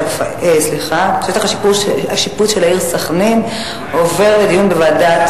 אני חושב, איני מתנגד לדיון בוועדת